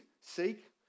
seek